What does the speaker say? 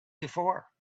before